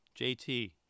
JT